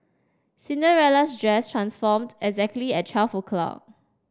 Cinderella's dress transformed exactly at twelve o'clock